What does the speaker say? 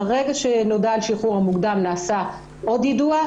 ברגע שנודע על השחרור המוקדם נעשה עוד יידוע,